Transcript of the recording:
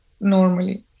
normally